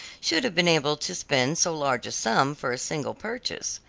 should have been able to spend so large a sum for a single purchase.